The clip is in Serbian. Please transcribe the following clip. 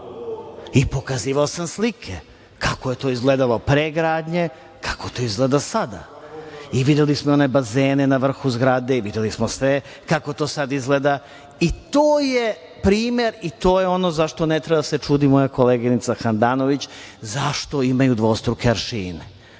Pokazivao sam slike kako je to izgledalo pre gradnje, kako to izgleda sada. Videli smo i one bazene na vrhu zgrade i videli smo sve kako to sad izgleda, i to je primer, i to je ono čemu ne treba da se čudi moja koleginica Handanović zašto imaju dvostruke aršine. Znači,